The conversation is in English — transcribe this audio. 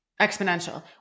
exponential